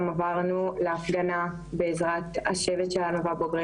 גם עברנו להפגנה בעזרת השבט שלנו והבוגרים